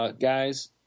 guys